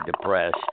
depressed